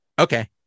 Okay